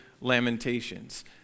Lamentations